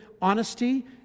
honesty